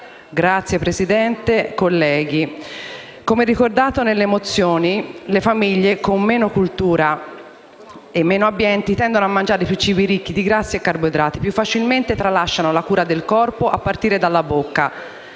onorevoli colleghi, come ricordato nelle mozioni, le famiglie con meno cultura e meno abbienti tendono a mangiare di più cibi ricchi di grassi e carboidrati tralasciando più facilmente la cura del corpo, a partire dalla bocca.